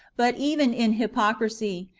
but even in hypocrisy,